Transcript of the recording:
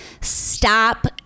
stop